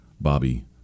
Bobby